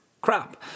crap